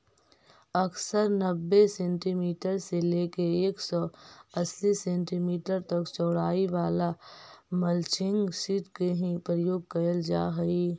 अक्सर नब्बे सेंटीमीटर से लेके एक सौ अस्सी सेंटीमीटर तक चौड़ाई वाला मल्चिंग सीट के ही प्रयोग कैल जा हई